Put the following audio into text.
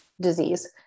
disease